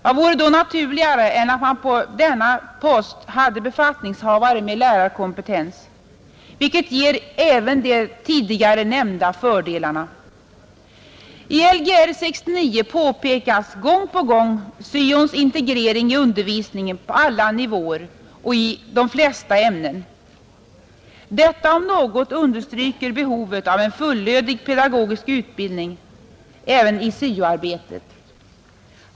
Vad vore då naturligare än att man på denna post hade befattningshavare med lärarkompetens, vilket ger även de tidigare nämnda fördelarna? I Lgr 69 påpekas gång på gång syons integrering i undervisningen på alla nivåer och i de flesta ämnen. Detta om något understryker behovet av en fullödig pedagogisk utbildning även i syo-arbetet.